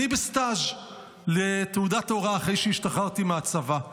אני בסטאז' לתעודת הוראה אחרי שהשתחררתי מהצבא,